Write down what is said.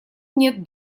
нет